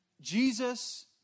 Jesus